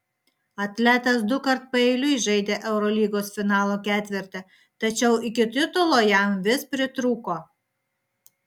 atletas dukart paeiliui žaidė eurolygos finalo ketverte tačiau iki titulo jam vis pritrūko